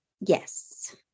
Yes